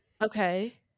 Okay